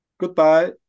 Goodbye